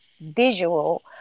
visual